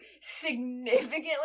significantly